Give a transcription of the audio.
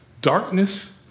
Darkness